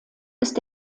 ist